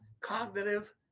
cognitive